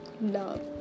love